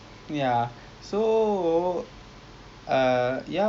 nak find ideas lah want to like the social mission